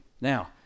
now